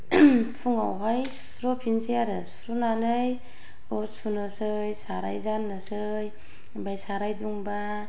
फुंआवहाय सुस्र'फिनसै आरो सुस्र'नानै अर सुनोसै साराय जाननोसै ओमफाय साराय दुंबा